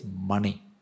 money